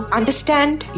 understand